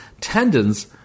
tendons